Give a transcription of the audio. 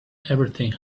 everything